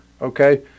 okay